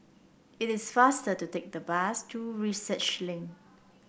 it is faster to take the bus to Research Link